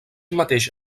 mateix